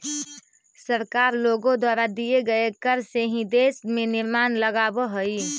सरकार लोगों द्वारा दिए गए कर से ही देश में निर्माण लावअ हई